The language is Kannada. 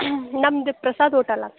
ಹ್ಞೂ ನಮ್ದು ಪ್ರಸಾದ್ ಹೋಟಲ್ಲಾ